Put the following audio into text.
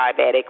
diabetic